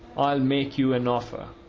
i'll make you an offer.